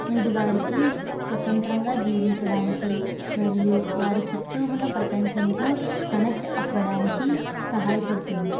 ఇది వారికి స్వతంత్రంగా జీవించడానికి మరియు వారి చుట్టూ ఉన్న ప్రపంచంతో కనెక్ట్ అవ్వడానికి సహాయపడుతుంది